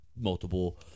multiple